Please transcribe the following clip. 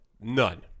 None